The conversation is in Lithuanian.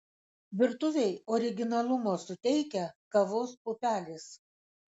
virtuvei originalumo suteikia kavos pupelės